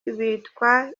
bitwa